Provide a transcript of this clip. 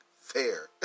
fair